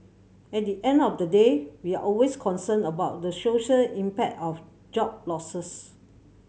at the end of the day we're always concerned about the social impact of job losses